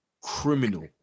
criminal